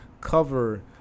cover